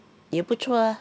也不错 ah